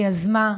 שיזמה,